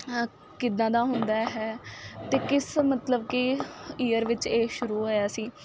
ਕਿੱਦਾਂ ਦਾ ਹੁੰਦਾ ਹੈ ਅਤੇ ਕਿਸ ਮਤਲਬ ਕਿ ਈਅਰ ਵਿੱਚ ਇਹ ਸ਼ੁਰੂ ਹੋਇਆ ਸੀ